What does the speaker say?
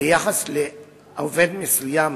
ביחס לעובד מסוים